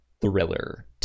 thriller